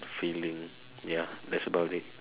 filling ya that's about it